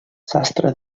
sastre